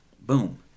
Boom